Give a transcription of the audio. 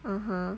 (uh huh)